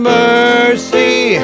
mercy